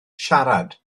siarad